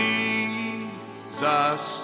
Jesus